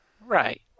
Right